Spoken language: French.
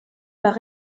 par